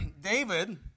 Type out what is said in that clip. David